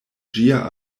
ĝia